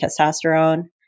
testosterone